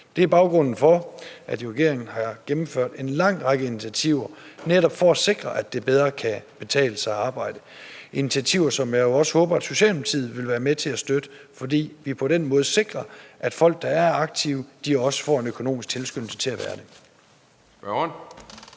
Det er baggrunden for, at regeringen har gennemført en lang række initiativer netop for at sikre, at det bedre kan betale sig at arbejde. Det er initiativer, som jeg jo også håber at Socialdemokratiet vil være med til at støtte, fordi vi på den måde sikrer, at folk, der er aktive, også får en økonomisk tilskyndelse til at være det.